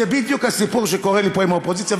זה בדיוק הסיפור שקורה לי פה עם האופוזיציה,